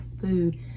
food